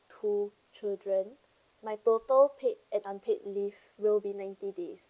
two children my total paid and unpaid leave will be ninety days